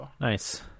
Nice